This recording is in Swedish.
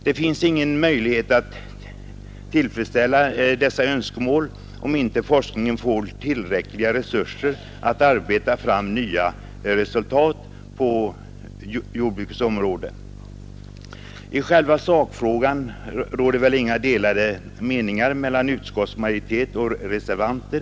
Det finns ingen möjlighet att tillfredsställa dessa önskemål, om inte forskningen får tillräckliga resurser för att arbeta fram nya resultat på jordbrukets område. I själva verket råder väl inga delade meningar i sakfrågan mellan utskottsmajoritet och reservanter.